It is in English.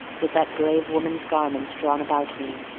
with that brave woman's garments drawn about me,